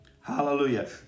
Hallelujah